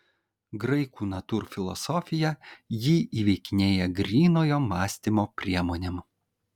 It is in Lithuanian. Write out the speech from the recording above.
graikų natūrfilosofija jį įveikinėja grynojo mąstymo priemonėm